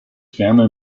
family